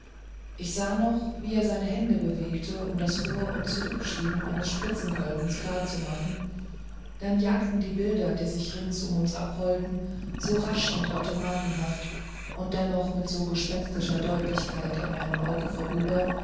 ich sah noch wie er seine hände bewegte um das vor und zurückschieben eines spritzenkolbens klarzumachen dann jagten die bilder die sich rings um uns abrollten so rasch und automatenhaft und dennoch mit so gespenstischer deutlichkeit an meinem auge vorüber